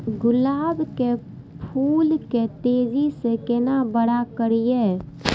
गुलाब के फूल के तेजी से केना बड़ा करिए?